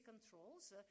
controls